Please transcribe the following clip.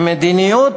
שמדיניות,